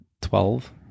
Twelve